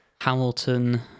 Hamilton